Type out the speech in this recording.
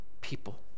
people